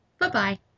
Bye-bye